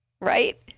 Right